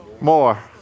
more